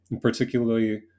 particularly